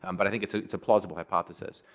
um but think it's it's a plausible hypothesis.